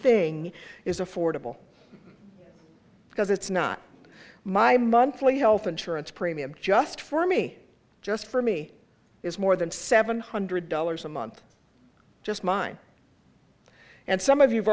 thing is affordable because it's not my monthly health insurance premium just for me just for me it's more than seven hundred dollars a month just mine and some of you've